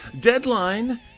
Deadline